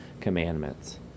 Commandments